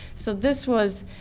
so this was,